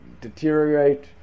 deteriorate